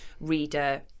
reader